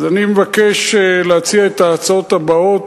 אז אני מבקש להציע את ההצעות הבאות,